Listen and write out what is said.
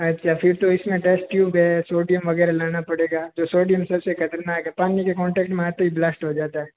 अच्छा फिर तो इस में टेस्ट ट्यूब है सोडियम वग़ैरह लाना पड़ेगा जो सोडियम सब से ख़तरनाक है पानी के कॉटेक्ट में आते ही ब्लास्ट हो जाता है